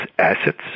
assets